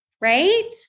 right